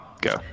go